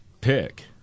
pick